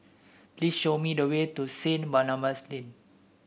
please show me the way to Saint Barnabas Lane